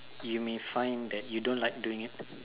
you may find that you don't like doing it